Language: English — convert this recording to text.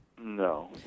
No